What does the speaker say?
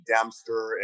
Dempster